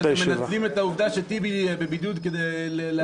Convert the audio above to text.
מנצלים את העובדה שטיבי בבידוד כדי להאריך את התקופה?